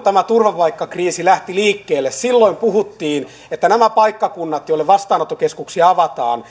tämä turvapaikkakriisi lähti liikkeelle silloin puhuttiin että näille paikkakunnille joille vastaanottokeskuksia avataan